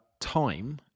time